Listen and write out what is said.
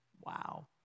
Wow